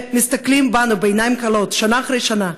שמסתכלים בנו בעיניים כלות שנה אחרי שנה,